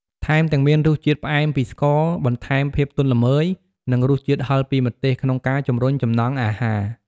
ថែមទាំងមានរសជាតិផ្អែមពីស្ករ បន្ថែមភាពទន់ល្មើយ និងរសជាតិហឹរពីម្ទេស ក្នុងការជំរុញចំណង់អាហារ។